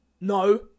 No